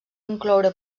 incloure